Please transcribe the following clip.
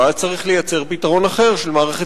ואז צריך לייצר פתרון אחר של מערכת